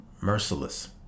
merciless